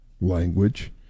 language